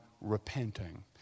repenting